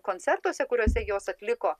koncertuose kuriuose jos atliko